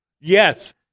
Yes